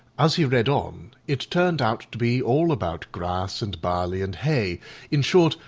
as he read on it turned out to be all about grass and barley and hay in short,